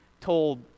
told